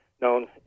known